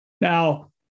Now